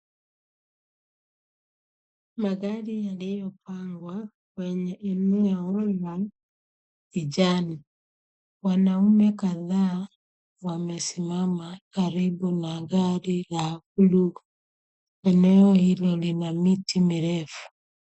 Magari yaliyopangwa kwenye eneo la kijani. Wanaume kadhaa wamesimama karibu na gari la blue . Eneo hili lina miti mirefu.